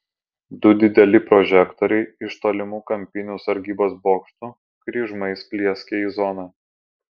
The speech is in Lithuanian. du dideli prožektoriai iš tolimų kampinių sargybos bokštų kryžmais plieskė į zoną